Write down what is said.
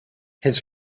his